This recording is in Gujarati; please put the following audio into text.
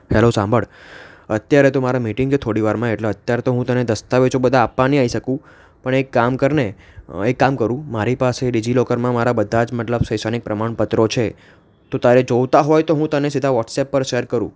હેલો સાંભળ અત્યારે તો મારે મિટિંગ છે થોડીવારમાં એટલે અત્યારે તો હું તને દસ્તાવેજો બધાં આપવા નહીં આવી શકું પણ એક કામ કરને એક કામ કરું મારી પાસે ડિજીલોકરમાં મારાં બધાં જ મતલબ શૈક્ષણિક પ્રમાણપત્રો છે તો તારે જોઈતાં હોય તો હું તને સીધા વોટ્સેપ પર શેર કરું